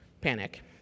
panic